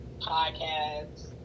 podcasts